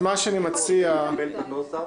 אני אקבל את הנוסח